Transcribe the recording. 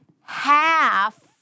half